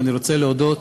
אני רוצה להודות